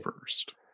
first